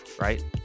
right